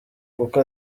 kuko